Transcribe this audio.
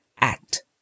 act